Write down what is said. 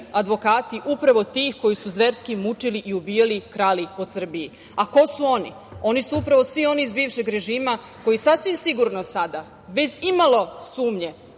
advokati upravo tih koji su zverski mučili, ubijali i krali po Srbiji. Ko su oni? Oni su upravo svi oni iz bivšeg režima koji, sasvim sigurno sada bez imalo sumnje